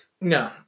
No